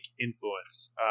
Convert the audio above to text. influence